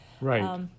Right